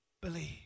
Believe